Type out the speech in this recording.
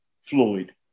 Floyd